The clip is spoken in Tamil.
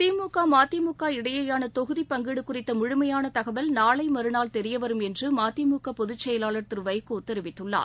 திமுக மதிமுக இடையிலானதொகுதிப் பங்கீடுகுறித்தமுழுமையானதகவல் நாளைமறுநாள் தெரியவரும் என்றுமதிமுகபொதுச் செயலாளர் திருவைகோதெரிவித்துள்ளார்